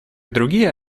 другие